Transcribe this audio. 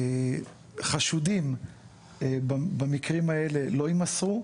החשודים במקרים האלה לא יימסרו.